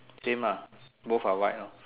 same ah both are white lor